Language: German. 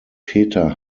peter